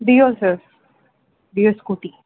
dio sir dio scooty